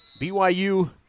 BYU